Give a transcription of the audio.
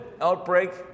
outbreak